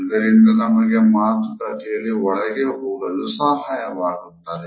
ಇದರಿಂದ ನಮಗೆ ಮಾತುಕತೆಯಲ್ಲಿ ಒಳಗೆ ಹೋಗಲು ಸಹಾಯವಾಗುತ್ತದೆ